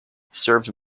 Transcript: served